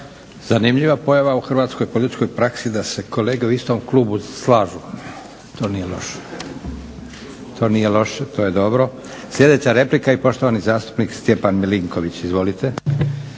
Zanimljiva pojava u hrvatskoj političkoj praksi da se kolege u istom klubu slažu. To nije loše, to je dobro. Sljedeća replika i poštovani zastupnik Stjepan Milinković. Izvolite.